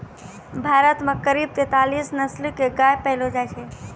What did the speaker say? भारत मॅ करीब तेतालीस नस्ल के गाय पैलो जाय छै